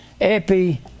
Epi